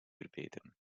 verbeteren